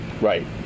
Right